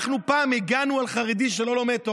אנחנו פעם הגנו על חרדי שלא לומד תורה?